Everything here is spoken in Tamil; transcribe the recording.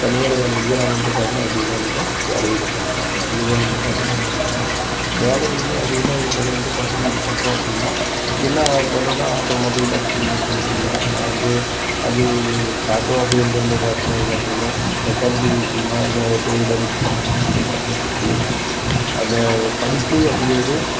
தனியார் வேலையில் தான் நாங்கள் வந்து பார்த்தீன்னா அதிகமாக நாம் வேலையை இது பண்ணுறோம் இதுதான் வந்து பார்த்தீன்னா எங்களுடைய நிலைம வேலையின்மை அதிகமாக இருப்பது வந்து பார்த்தீன்னா இது பண்ணுறோம் அப்படின்னா என்ன பண்ணுறோன்னா ஆட்டோமொபைல் அப்படி சொல்லிக் கொடுத்துருக்கீங்க ஆனால் வந்து அது ஆட்டோ அப்படிங்கிறது வந்து பார்த்தீன்னா சில சமயம் மெக்கானிக் இது விஷயமா இந்த டூ வீலர் இது சம்மந்தமாக வந்து பார்த்தீன்னா இது செய்யலாம் அந்த படிப்பு அப்படிங்கிறது